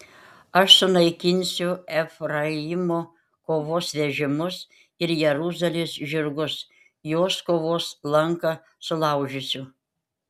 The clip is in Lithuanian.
aš sunaikinsiu efraimo kovos vežimus ir jeruzalės žirgus jos kovos lanką sulaužysiu